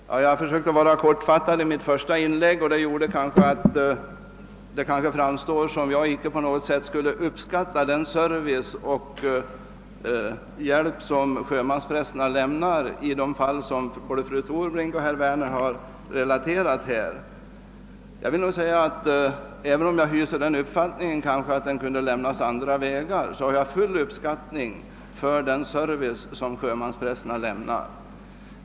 Herr talman! Jag försökte vara kortfattad i mitt första inlägg, och det gjorde kanske att det förefaller som om jag inte skulle uppskatta den service och den hjälp som sjömansprästerna ger i de fall som både fru Torbrink och herr Werner relaterat här. Även om jag hyser den uppfattningen att den kunde lämnas på andra vägar har jag full uppskattning för den service som sjömansprästerna lämnar.